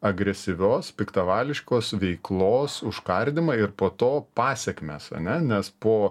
agresyvios piktavališkos veiklos užkardymą ir po to pasekmes ane nes po